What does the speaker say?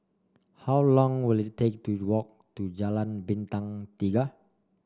how long will it take to walk to Jalan Bintang Tiga